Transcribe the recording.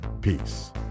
Peace